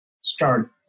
start